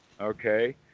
Okay